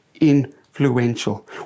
influential